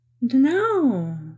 No